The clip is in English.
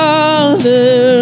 Father